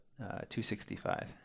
265